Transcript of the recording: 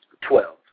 Twelve